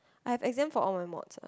I have exam for all my mods ah